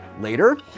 later